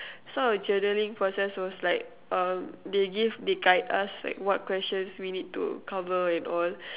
sort of journaling process was like um they give they guide us like which questions we need to cover and all